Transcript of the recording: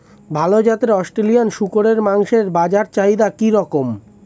ভাল জাতের অস্ট্রেলিয়ান শূকরের মাংসের বাজার চাহিদা কি রকম?